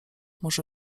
może